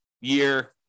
year